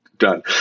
done